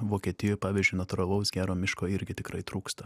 vokietijoj pavyzdžiui natūralaus gero miško irgi tikrai trūksta